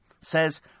says